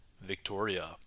Victoria